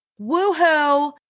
woohoo